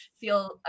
feel